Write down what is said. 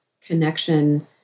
connection